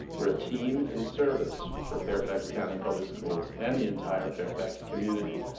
we are a team in service for fairfax county public schools and the entire fairfax community.